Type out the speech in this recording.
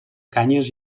canyes